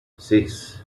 six